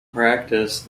practice